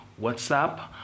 WhatsApp